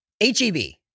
H-E-B